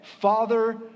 Father